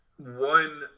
One